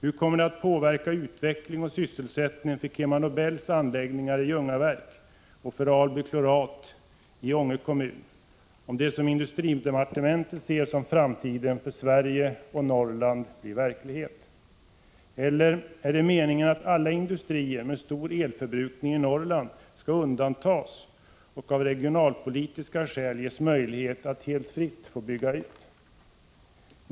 Hur kommer utveckling och sysselsättning att påverkas för KemaNobels anläggningar i Ljungaverk och för Alby Klorat i Ånge kommmun, om det som industridepartementet ser som framtiden för Sverige och Norrland blir verklighet? Eller är det meningen att alla industrier med stor elförbrukning i Norrland skall undantas och av regionalpolitiska skäl ges möjlighet att helt fritt bygga ut?